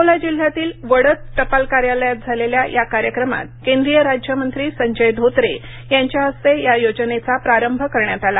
अकोला जिल्ह्यातील वडद टपाल कार्यालयात झालेल्या या कार्यक्रमात केंद्रीय राज्य मंत्री संजय धोत्रे यांच्या हस्ते या योजनेचा प्रारंभ करण्यात आला